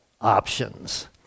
options